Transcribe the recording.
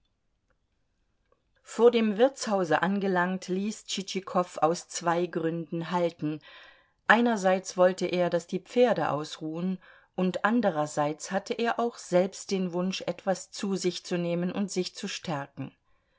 vor dem wirtshause angelangt ließ tschitschikow aus zwei gründen halten einerseits wollte er daß die pferde ausruhen und andererseits hatte er auch selbst den wunsch etwas zu sich zu nehmen und sich zu stärken